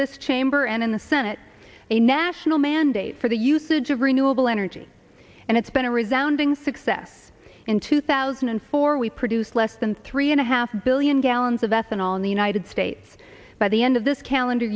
this chamber and in the senate a national mandate for the usage of renewable energy and it's been a resoundingly success in two thousand and four we produce less than three and a half billion gallons of that and all in the united states by the end of this calendar